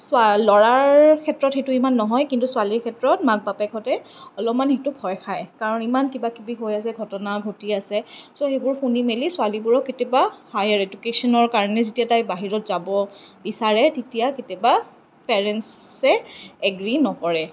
ল'ৰাৰ ক্ষেত্ৰত সেইটো ইমান নহয় কিন্তু ছোৱালীৰ ক্ষেত্ৰত মাক বাপেকহঁতে অলপমান সেইটো ভয় খায় কাৰণ ইমান কিবাকিবি হৈ আছে ঘটনা ঘটি আছে ছ' সেইবোৰ শুনি মেলি ছোৱালীবোৰ কেতিয়াবা হায়াৰ এডুকেচনৰ কাৰণে যেতিয়া তাই বাহিৰত যাব বিচাৰে তেতিয়া কেতিয়াবা পেৰেণ্টছে এগ্ৰী নকৰে